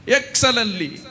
excellently